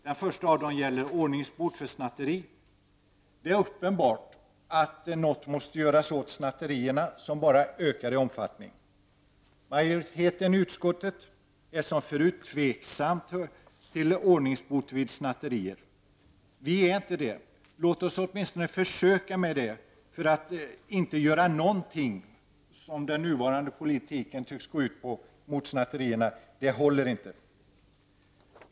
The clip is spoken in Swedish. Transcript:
Den första av dem gäller ordningsbot för snatteri. Det är uppenbart att något måste göras åt snatteriet, som bara ökar i omfattning. Majoriteten i utskottet är liksom tidigare tveksam till ordningsbot vid snatteri. Vi är inte det, låt oss åtminstone försöka med det. Att inte göra något mot snatteriet — som den nuvarande politiken tycks gå ut på — håller inte.